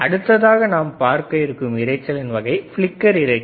அடுத்ததாக நாம் பார்க்க இருக்கும் இரைச்சலின் வகை ஃபிளிக்கர் இரைச்சல்